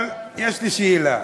אבל יש לי שאלה: